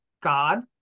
God